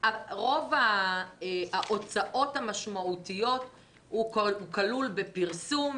רוב ההוצאות המשמעותיות עוסקות בפרסום,